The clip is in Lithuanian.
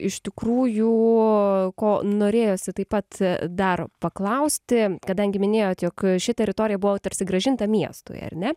iš tikrųjų ko norėjosi taip pat dar paklausti kadangi minėjot jog ši teritorija buvo tarsi grąžinta miestui ar ne